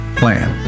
plan